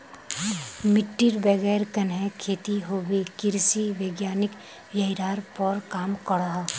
मिटटीर बगैर कन्हे खेती होबे कृषि वैज्ञानिक यहिरार पोर काम करोह